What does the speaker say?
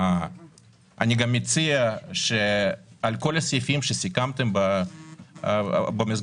אני גם מציע שעל כל הסעיפים שסיכמתם במסגרת